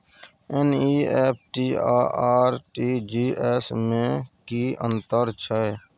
NEFT आ RTGS में की अन्तर छै?